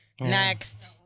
Next